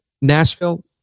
Nashville